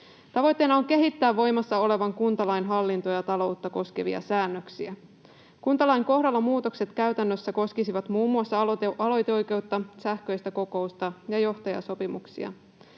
Tavoitteena on kehittää voimassa olevan kuntalain hallintoa ja taloutta koskevia säännöksiä. Kuntalain kohdalla muutokset käytännössä koskisivat muun muassa aloiteoikeutta, sähköistä kokousta ja johtajasopimuksia.